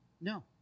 No